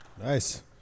nice